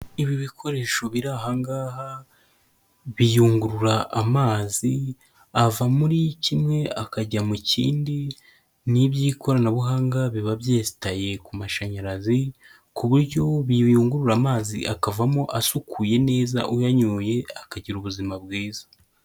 Ibi bikoresho biri aha ngaha biyungurura amazi ava muri kimwe akajya mu kindi, ni iby'ikoranabuhanga biba byesitaye ku mashanyarazi ku buryo biyungurura amazi akavamo asukuye neza, uyanyoye akagira ubuzima bwiza.